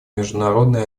международной